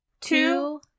two